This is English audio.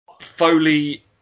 Foley